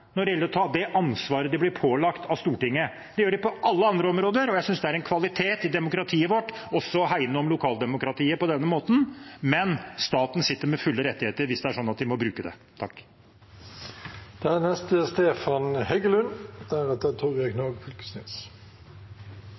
når det gjelder å ta det ansvaret de blir pålagt av Stortinget. Det gjør de på alle andre områder, og jeg synes det er en kvalitet i demokratiet vårt også å hegne om lokaldemokratiet på denne måten. Men staten sitter med fulle rettigheter hvis det er sånn at de må bruke